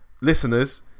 listeners